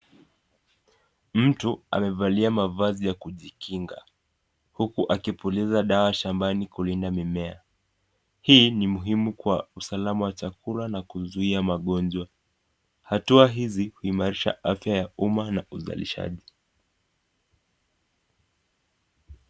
Mtu amevalia mavazi ya kujikinga huku akipuliza dawa shambani kulinda mimea. Hii ni muhimu kwa usalama wa chakula na kuzuia magonjwa. Hatua hizi huimarisha afya ya umma na uzalishaji.